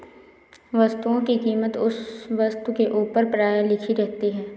वस्तुओं की कीमत उस वस्तु के ऊपर प्रायः लिखी रहती है